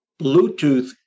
Bluetooth